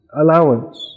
allowance